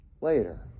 later